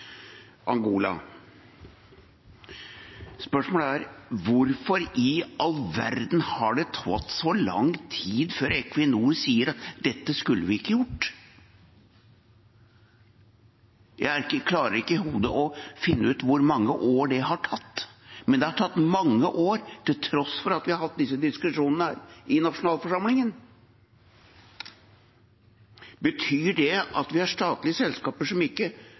er spørsmålet: Hvorfor i all verden har det tatt så lang tid før Equinor sier at dette skulle de ikke gjort? Jeg klarer ikke i hodet å finne ut hvor mange år det har tatt, men det har tatt mange år, til tross for at vi har hatt disse diskusjonene her i nasjonalforsamlingen. Betyr det at vi har statlige selskaper som ikke